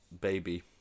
baby